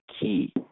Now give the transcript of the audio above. key